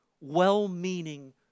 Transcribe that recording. well-meaning